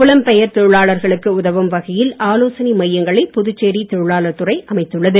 புலம்பெயர் தொழிலாளர்களுக்கு உதவும் வகையில் ஆலோசனை மையங்களை புதுச்சேரி தொழிலாளர் துறை அமைத்துள்ளது